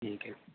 ٹھیک ہے